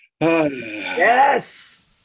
yes